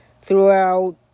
throughout